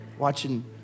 watching